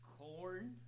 Corn